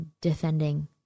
defending